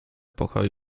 pokoju